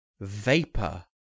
Vapor